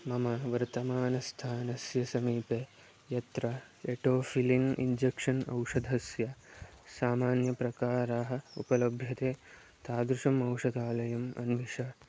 मम वर्तमानस्थानस्य समीपे यत्र एटोफ़िलिन् इञ्जेक्षन् औषधस्य सामान्यप्रकाराः उपलभ्यते तादृशम् औषधालयम् अन्विष